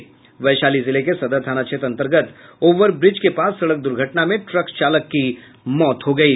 वैशाली जिले के सदर थाना क्षेत्र अन्तर्गत ओवरब्रिज के पास सड़क द्र्घटना में ट्रक चालक की मौत हो गयी